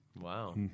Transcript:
Wow